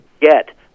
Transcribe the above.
get